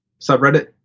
subreddit